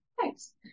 thanks